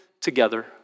together